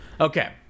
Okay